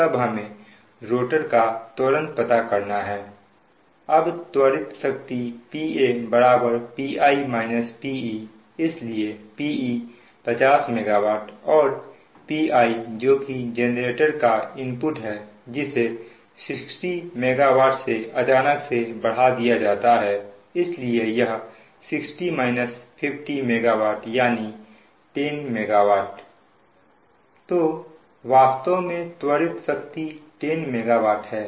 तब हमें रोटर का त्वरण पता करना है अब त्वरित शक्ति Pa Pi - Pe इसलिए Pe 50 MW और Pi जोकि जेनरेटर का इनपुट है जिसे 60 MW से अचानक से बढ़ा दिया जाता है इसलिए यह 60 50 MW यानी 10 MW तो वास्तव में त्वरित शक्ति 10 MW है